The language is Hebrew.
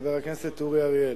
חבר הכנסת אורי אריאל,